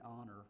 honor